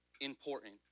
important